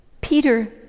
Peter